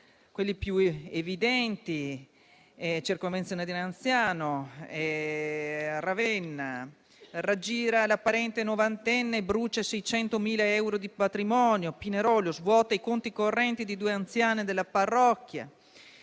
titoli più evidenti su casi di circonvenzione di anziano. Ravenna: raggira la parente novantenne e brucia 600.000 euro di patrimonio. Pinerolo: svuota i conti correnti di due anziane della parrocchia.